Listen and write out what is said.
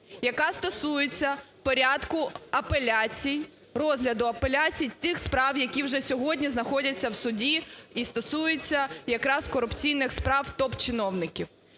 яка стосується порядку апеляцій, розгляду апеляцій тих справ, які вже сьогодні знаходяться в суді і стосуються якраз корупційних справ топ-чиновників.